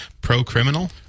pro-criminal